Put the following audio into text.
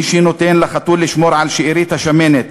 מי שנותן לחתול לשמור על שארית השמנת,